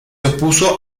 opuso